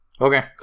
Okay